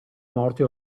morte